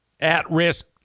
at-risk